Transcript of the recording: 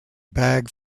bag